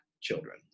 children